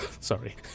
Sorry